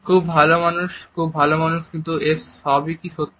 খুব ভালো মানুষ খুব ভালো মানুষ কিন্তু এর সবই কি সত্য